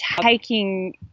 taking